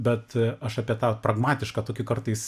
bet a aš apie tą pragmatišką tokį kartais